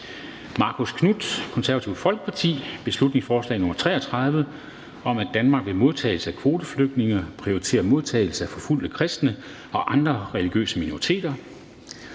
nr. B 33 (Forslag til folketingsbeslutning om, at Danmark ved modtagelse af kvoteflygtninge prioriterer modtagelse af forfulgte kristne og andre religiøse minoriteter).